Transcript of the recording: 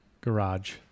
garage